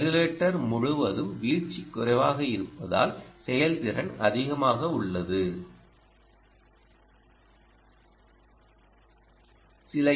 regulator முழுவதும் வீழ்ச்சி குறைவாக இருப்பதால் செயல்திறன் அதிகமாக உள்ளது